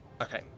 Okay